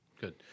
good